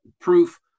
Proof